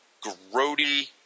Grody